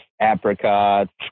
apricots